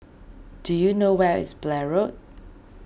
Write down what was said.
do you know where is Blair Road